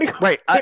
Right